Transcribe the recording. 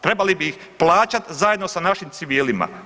Trebali bi ih plaćati zajedno sa našim civilima.